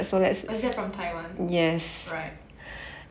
oh is that from taiwan right